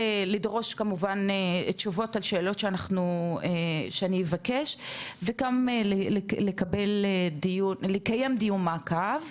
לדרוש כמובן תשובות על שאלות שאני אבקש וגם לקיים דיון מעקב.